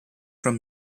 from